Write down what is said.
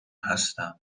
هستم